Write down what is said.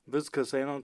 viskas eina